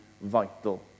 vital